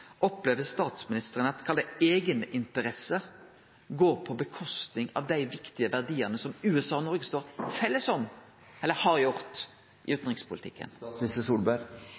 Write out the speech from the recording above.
opplever statsministeren no at eigeninteresse går ut over dei viktige verdiane som USA og Noreg står felles om – meller har gjort – i utanrikspolitikken?